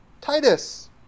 Titus